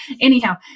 Anyhow